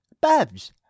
babs